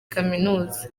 kaminuza